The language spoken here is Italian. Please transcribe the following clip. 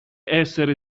essere